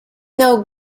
know